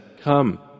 Come